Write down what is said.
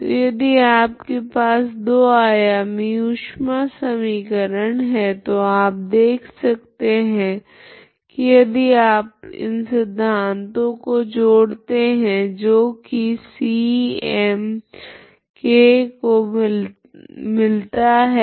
तो यदि आपके पास दो आयामी ऊष्मा समीकरण है तो आप देख सकते है की यदि आप इन दोनों सिद्धांतों को जोड़ते है जो की c m∧k को मिलता है